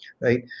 right